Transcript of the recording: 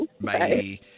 Bye